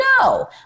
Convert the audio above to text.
No